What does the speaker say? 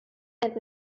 and